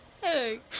Hey